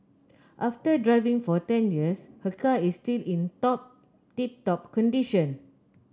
after driving for ten years her car is still in top tip top condition